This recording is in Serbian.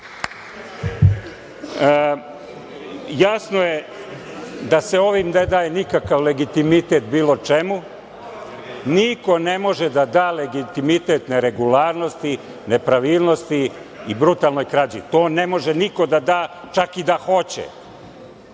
je da se ovim ne daje nikakav legitimitet bilo čemu. Niko ne može da da legitimitet neregularnosti, nepravilnosti i brutalnoj krađi. To ne može niko da da, čak i da hoće.